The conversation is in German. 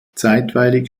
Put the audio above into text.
zeitweilig